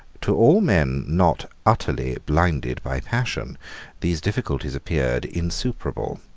to all men not utterly blinded by passion these difficulties appeared insuperable.